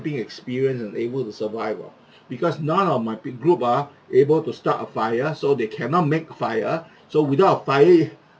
experience and able to survive uh because none of my big group ah able to start a fire so they cannot make fire so without a fire